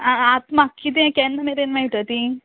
आं आतां म्हाक कितें केन्ना मेरेन मेळट तीं